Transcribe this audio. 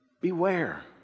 Beware